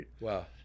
wow